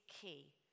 key